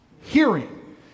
hearing